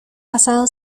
pasado